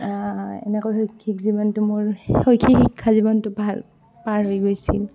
এনেকুৱা শৈক্ষিক জীৱনটো মোৰ শৈক্ষিক শিক্ষাজীৱনটো ভাল পাৰ হৈ গৈছিল